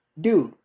dude